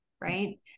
right